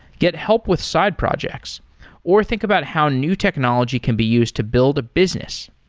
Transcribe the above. get help with side projects or think about how new technology can be used to build a business.